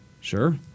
Sure